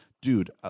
Dude